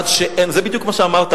זה בדיוק מה שאמרת,